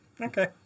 Okay